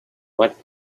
what